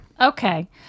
Okay